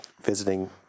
visiting